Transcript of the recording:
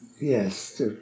Yes